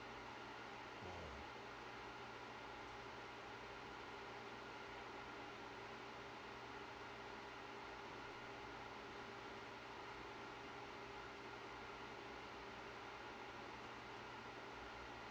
mm